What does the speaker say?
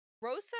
Rosa